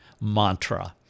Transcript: mantra